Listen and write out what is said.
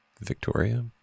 Victoria